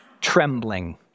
trembling